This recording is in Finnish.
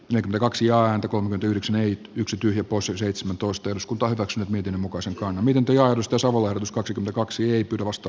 ne kaksi ääntä kolme yhdeksän yksi tyhjä poissa seitsemäntoista jos kuntoutukseen miten muka sekaan miten risto savolainen s kaksi kaksi lipidivasta